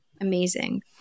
amazing